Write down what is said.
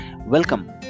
welcome